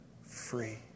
free